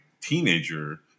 teenager